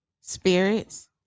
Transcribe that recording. spirits